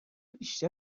بیشتر